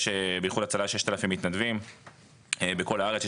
באיחוד הצלה יש 6,000 מתנדבים בכל הארץ,